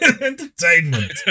entertainment